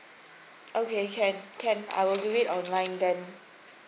okay can can I will do it online then